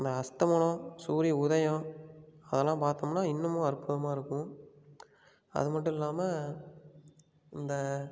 அந்த அஸ்தமனம் சூரிய உதயம் அதல்லாம் பார்த்தோம்ன்னா இன்னமும் அற்புதமாக இருக்கும் அது மட்டும் இல்லாமல் இந்த